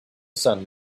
son